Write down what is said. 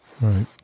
Right